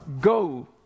go